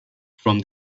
from